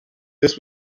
this